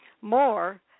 more